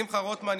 שמחה רוטמן,